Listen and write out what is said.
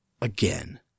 again